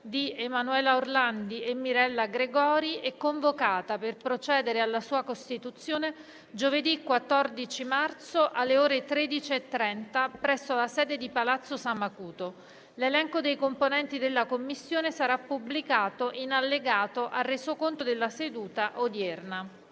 di Emanuela Orlandi e Mirella Gregori è convocata, per procedere alla sua costituzione, giovedì, 14 marzo, alle ore 13,30, presso la sede di Palazzo San Macuto. L'elenco dei componenti della Commissione sarà pubblicato in allegato al Resoconto della seduta odierna.